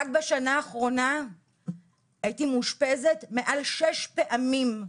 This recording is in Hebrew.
רק בשנה האחרונה אני הייתי מאושפזת מעל לשש פעמים.